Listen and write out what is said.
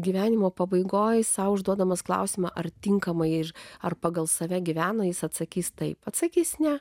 gyvenimo pabaigoje sau užduodamas klausimą ar tinkamai ir ar pagal save gyvena jis atsakys taip atsakys ne